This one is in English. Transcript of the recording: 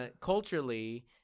culturally